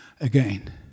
again